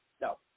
No